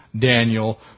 Daniel